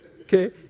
okay